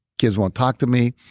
kids won't talk to me,